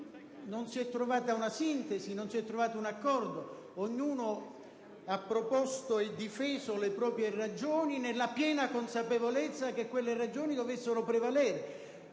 non si è trovata una sintesi e non si è trovato un accordo. Ognuno ha proposto e difeso le proprie ragioni, nella piena consapevolezza che esse dovessero prevalere.